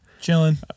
chilling